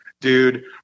dude